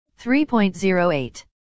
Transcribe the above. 3.08